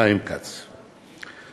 חיים כץ.